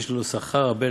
יש לו שכר הרבה